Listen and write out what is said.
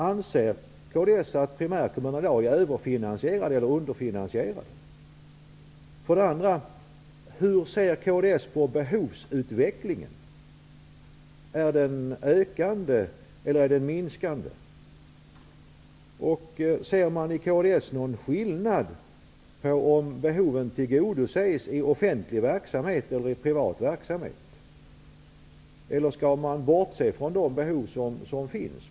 Anser kds att primärkommunerna i dag är överfinansierade eller underfinansierade? Hur ser kds på behovsutvecklingen? Är den ökande, eller är den minskande? Menar man i kds att det finns en skillnad mellan om behoven tillgodoses i offentlig verksamhet eller i privat verksamhet? Eller skall man bortse från de behov som finns?